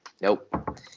Nope